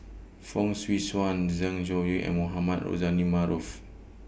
Fong Swee Suan Zeng Shouyin and Mohamed Rozani Maarof